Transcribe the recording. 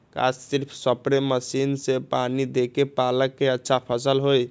का सिर्फ spray machine से पानी देके पालक के अच्छा फसल होई?